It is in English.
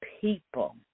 people